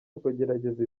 ukugerageza